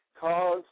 cause